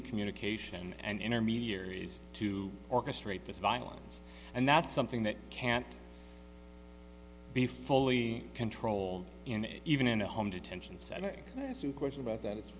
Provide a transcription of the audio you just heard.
of communication and intermediaries to orchestrate this violence and that's something that can't be fully controlled in even in a home detention center that's in question about that it's